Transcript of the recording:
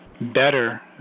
better